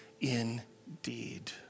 indeed